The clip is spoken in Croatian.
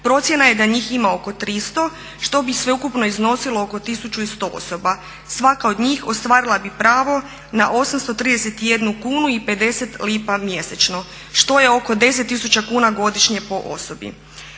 Procjena je da njih ima oko 300 što bi sveukupno iznosilo oko 1100 osoba. Svaka od njih ostvarila bi pravo na 831 kunu i 50 lipa mjesečno što je oko 10000 kuna godišnje po osobi.